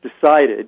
decided